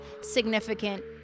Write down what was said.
significant